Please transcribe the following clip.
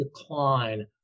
decline